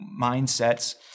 mindsets